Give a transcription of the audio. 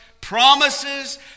promises